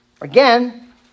Again